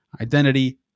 identity